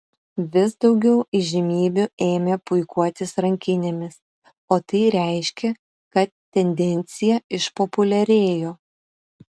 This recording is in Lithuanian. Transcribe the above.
vis daugiau įžymybių ėmė puikuotis rankinėmis o tai reiškė kad tendencija išpopuliarėjo